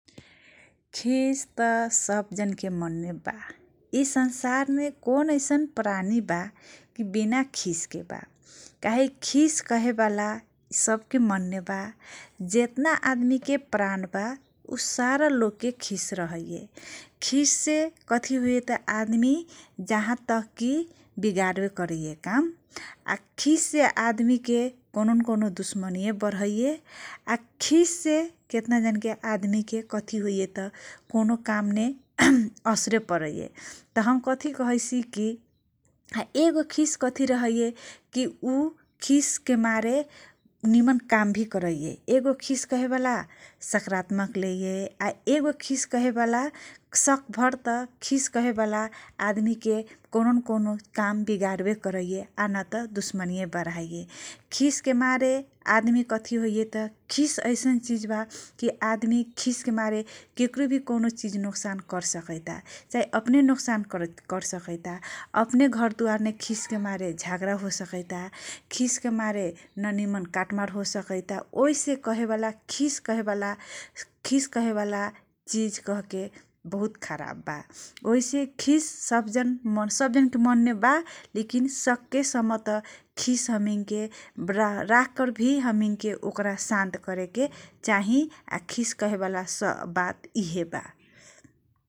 खिस तँ सब जनके मनमे बा । यि संसारमे कौन ऐसन प्राणी बा, विना खिसके बा । काहेकी खिस कहेवाला सबके मनमे बा । जेतना आदमीके प्राण बा, सारा लोगके खिस रहैये । खिस से आदमी आदमी जहाँ तक कि कगारबे करैये । खिस से आदमी के कौनो न कौनो दुश्मनीये बरैये । खिस से केतना जनके, आदमीके कथी होइये त, कौनो काम मे असरे परैये तँ । हम कथी कहैसी तँ, एगो खिस रहैये तँ, उ खिसके मारे निम्न काम भी करैये, आ एगो खिस कहेवाला बा, सकारात्मक लिए, एगो खिस कहेवाला सकभर तँ खिस कहेवाला आदमीके कौनो न कौनो काम विगारबे करैये न तँ दुश्मनीये बरायै । खिस ऐसन चीज बा की, आदमी खिसके मारे केकरो भी, कौनो नोक्सान करसकैता । अपने घरद्धारमे झगडा होसकैता । खिसके मारे नमिम्न कातमार होसकइतबा । ओइसे कहेवाला, खीस कहेके चीज बहुत्त खराब बा । ओहीसे खीस सब जनके मनमे बा । सकेसम्म तँ खीस हमिनके राखल भी ओकरा शान्त करेके चाही । आ खिस कहेवाला वात यि हे बा ।